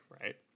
right